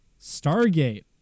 Stargate